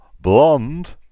blonde